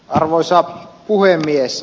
arvoisa puhemies